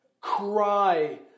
cry